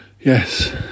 Yes